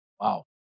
Wow